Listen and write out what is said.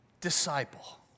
disciple